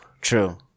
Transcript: True